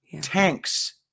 tanks